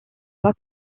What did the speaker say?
pas